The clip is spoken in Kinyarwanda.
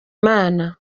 imana